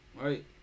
right